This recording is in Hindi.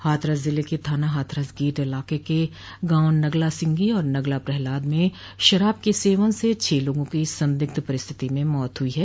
हाथरस जिले के थाना हाथरस गेट इलाके के गांव नगला सिंगी और नगला प्रहलाद में शराब के सेवन से छः लोगों की संदिग्ध परिस्थिति में मौत हुई है